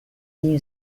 new